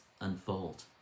unfold